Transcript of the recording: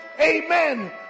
amen